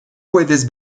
puedes